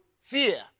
fear